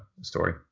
story